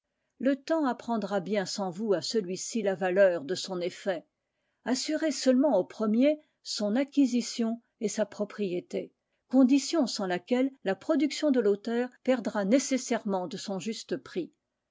le temps apprendra bien sans vous à celui-ci la valeur de son effet assurez seulement au premier son acquisition et sa propriété condition sans laquelle la production de l'auteur perdra nécessairement de son juste prix